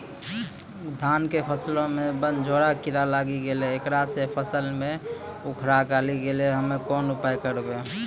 धान के फसलो मे बनझोरा कीड़ा लागी गैलै ऐकरा से फसल मे उखरा लागी गैलै हम्मे कोन उपाय करबै?